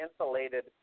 insulated